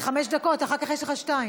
זה חמש דקות, אחר כך יש לך שתיים.